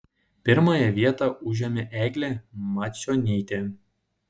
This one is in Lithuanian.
pirmąją vietą užėmė eglė macionytė